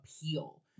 appeal